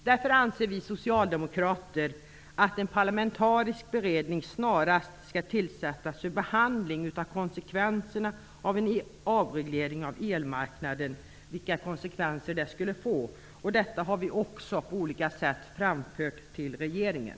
Därför anser vi socialdemokrater att en parlamentarisk beredning snarast skall tillsättas för behandling av de konsekvenser en avreglering av elmarknaden skulle få. Detta har vi också på olika sätt framfört till regeringen.